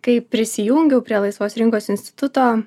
kai prisijungiau prie laisvos rinkos instituto